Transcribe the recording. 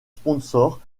sponsor